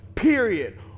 Period